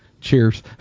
Cheers